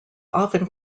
often